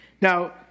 Now